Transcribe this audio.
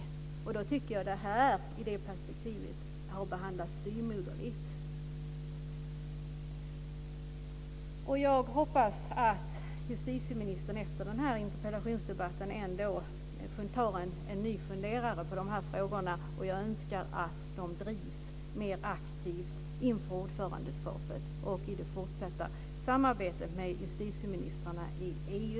I det perspektivet tycker jag att det här har behandlats styvmoderligt. Jag hoppas att justitieministern efter den här interpellationsdebatten ändå tar en ny funderare på de här frågorna. Jag önskar att de drivs mer aktivt inför ordförandeskapet och i det fortsatta samarbetet med justitieministrarna i EU.